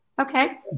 Okay